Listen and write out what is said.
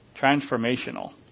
transformational